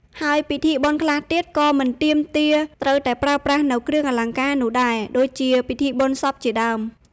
ហើ់យពិធីបុណ្យខ្លះទៀតក៏មិនទាមទារត្រូវតែប្រើប្រាស់នូវគ្រឿងអលង្ការនោះដែរដូចជា ពិធីបុណ្យសព្វជាដើម។